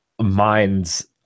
minds